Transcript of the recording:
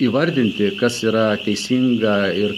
įvardinti kas yra teisinga ir